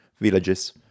villages